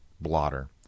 blotter